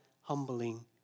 humbling